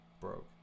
broke